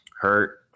hurt